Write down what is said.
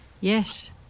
Yes